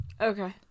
Okay